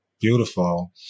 Beautiful